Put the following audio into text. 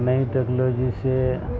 نئی ٹیکلوجی سے